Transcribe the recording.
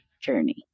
journey